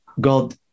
God